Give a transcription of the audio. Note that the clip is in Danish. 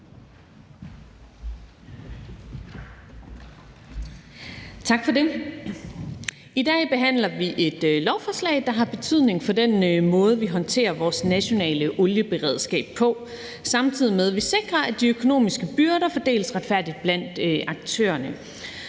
Tak for det. I dag behandler vi et lovforslag, der har betydning for den måde, vi håndterer vores nationale olieberedskab på, samtidig med at det sikrer, at de økonomiske byrder fordeles retfærdigt blandt aktørerne.